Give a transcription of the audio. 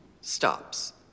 stops